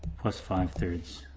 plus five thirds,